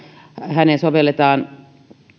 häneen sovelletaan